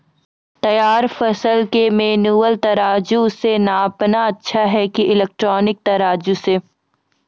तैयार फसल के मेनुअल तराजु से नापना अच्छा कि इलेक्ट्रॉनिक तराजु से?